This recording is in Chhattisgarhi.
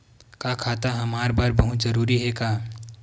का खाता हमर बर बहुत जरूरी हे का?